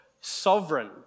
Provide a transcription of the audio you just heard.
sovereign